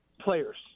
players